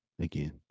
again